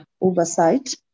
oversight